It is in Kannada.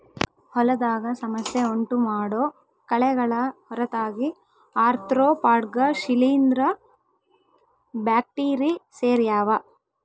ಹೊಲದಾಗ ಸಮಸ್ಯೆ ಉಂಟುಮಾಡೋ ಕಳೆಗಳ ಹೊರತಾಗಿ ಆರ್ತ್ರೋಪಾಡ್ಗ ಶಿಲೀಂಧ್ರ ಬ್ಯಾಕ್ಟೀರಿ ಸೇರ್ಯಾವ